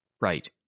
right